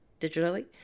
digitally